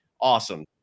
Awesome